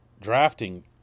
drafting